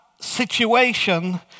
situation